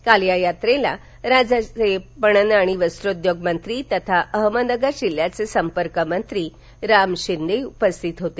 काल या यात्रेला राज्याचे पणन आणि वस्त्रोद्योग मंत्री तथा अहमदनगर जिल्ह्याचे संपर्क मंत्री राम शिंदे उपस्थित होते